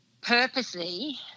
purposely